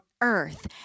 earth